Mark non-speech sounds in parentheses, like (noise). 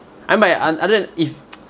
I mean by un~ other if (noise)